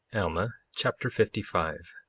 alma chapter fifty five